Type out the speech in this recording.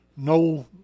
no